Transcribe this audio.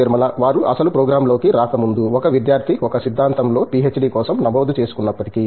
నిర్మలా వారు అసలు ప్రోగ్రామ్లోకి రాకముందు ఒక విద్యార్థి ఒక సిద్ధాంతంలో పిహెచ్డి కోసం నమోదు చేసుకున్నప్పటికీ